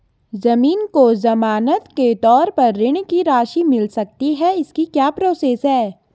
ज़मीन को ज़मानत के तौर पर ऋण की राशि मिल सकती है इसकी क्या प्रोसेस है?